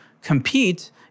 compete